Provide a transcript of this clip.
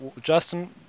Justin